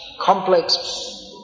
complex